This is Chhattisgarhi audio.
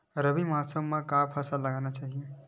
रबी मौसम म का फसल लगाना चहिए?